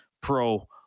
Pro